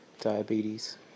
diabetes